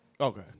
Okay